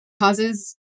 Causes